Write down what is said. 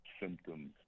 symptoms